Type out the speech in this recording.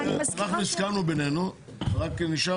הסכמנו בינינו, רק נשאר